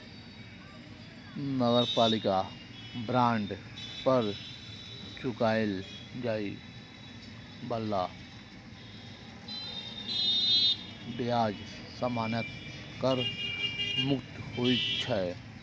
नगरपालिका बांड पर चुकाएल जाए बला ब्याज सामान्यतः कर मुक्त होइ छै